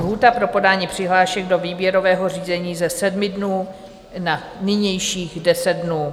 Lhůta pro podání přihlášek do výběrového řízení ze 7 dnů na nynějších 10 dnů.